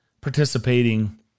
participating